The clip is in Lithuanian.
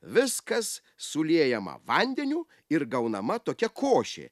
viskas suliejama vandeniu ir gaunama tokia košė